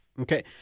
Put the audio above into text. Okay